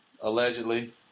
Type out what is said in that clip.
Allegedly